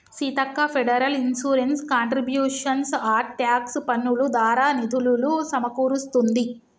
Seethakka federal insurance contributions act tax పన్నులు దారా నిధులులు సమకూరుస్తుంది